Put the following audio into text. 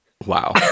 Wow